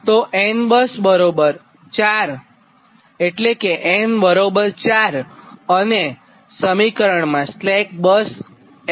તો n બરાબર 4 અને સ્લેક બસ s 1 છે